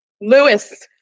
Lewis